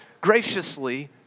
graciously